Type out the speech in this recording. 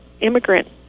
immigrant